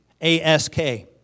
A-S-K